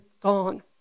gone